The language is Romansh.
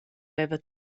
veva